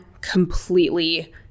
completely